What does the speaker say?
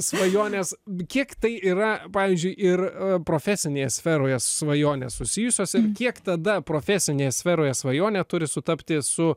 svajonės kiek tai yra pavyzdžiui ir profesinėje sferoje svajonės susijusios tiek tada profesinėje sferoje svajonė turi sutapti su